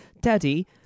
Daddy